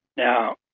now,